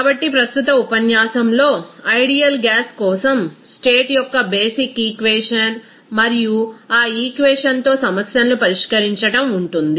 కాబట్టి ప్రస్తుత ఉపన్యాసంలో ఐడియల్ గ్యాస్ కోసం స్టేట్ యొక్క బేసిక్ ఈక్వేషన్ మరియు ఆ ఈక్వేషన్ తో సమస్యలను పరిష్కరించడం ఉంటుంది